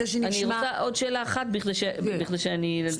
נכנסתי לרצף הזנות בגיל 10. בבגרותי עבדתי ברוב מועדוני